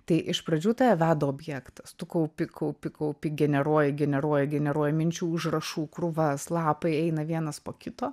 tai iš pradžių tave veda objektas tu kaupi kaupi kaupi generuoji generuoji generuoji minčių užrašų krūvas lapai eina vienas po kito